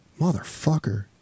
Motherfucker